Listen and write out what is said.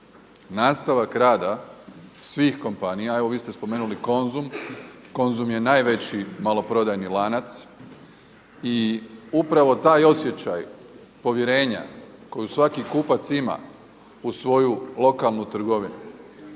nastavak rada svih kompanija. Evo vi ste spomenuli Konzum. Konzum je najveći maloprodajni lanac i upravo taj osjećaj povjerenja koju svaki kupac ima u svoju lokalnu trgovinu